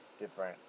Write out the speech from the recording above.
different